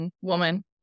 woman